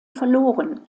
verloren